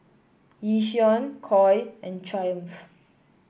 Yishion Koi and Triumph